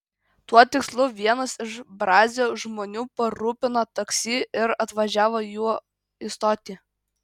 tuo tikslu vienas iš brazio žmonių parūpino taksi ir atvažiavo juo į stotį